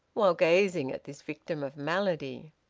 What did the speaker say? while gazing at this victim of malady.